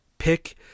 Pick